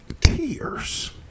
tears